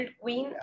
Queen